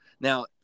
Now